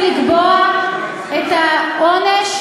את מתערבת בעצמך עכשיו,